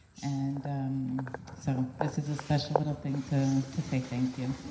and so this is a special little thing to to say thank you.